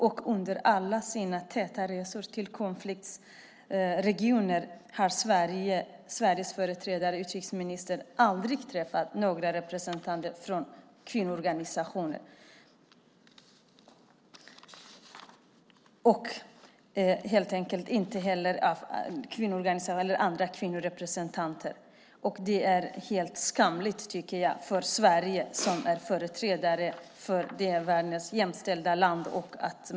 Och under alla sina täta resor till konfliktregioner har Sveriges företrädare, utrikesministern, aldrig träffat några representanter för kvinnoorganisationer. Det är helt skamligt för Sverige, som ska vara världens mest jämställda land.